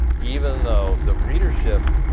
even though, the readership,